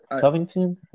Covington